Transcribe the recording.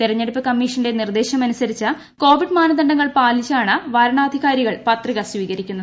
തെരഞ്ഞെടുപ്പ് കമീഷന്റെ നിർദേശമനുസരിച്ച് കോവിഡ് മാനദണ്ഡങ്ങൾ പാലിച്ചാണ് വരണാധികാരികൾ പത്രിക സ്വീകരിക്കുന്നത്